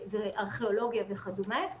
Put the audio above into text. ארכיאולוגיה וכדומה.